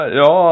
ja